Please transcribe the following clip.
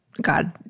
God